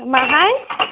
बहा